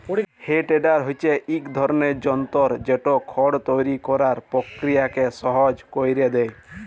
হে tedder হছে ইক ধরলের যল্তর যেট খড় তৈরি ক্যরার পকিরিয়াকে সহজ ক্যইরে দেঁই